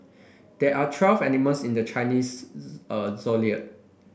there are twelve animals in the Chinese zodiac